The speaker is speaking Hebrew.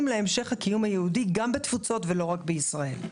להמשך הקיום היהודי גם בתפוצות ולא רק בישראל.